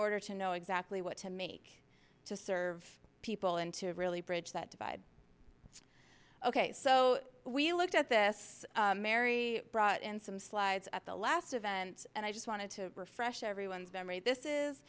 order to know exactly what to make to serve people and to really bridge that divide ok so we looked at this mary brought in some slides at the last event and i just wanted to refresh everyone's memory this is